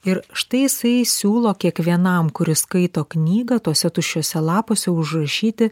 ir štai jisai siūlo kiekvienam kuris skaito knygą tuose tuščiuose lapuose užrašyti